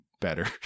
better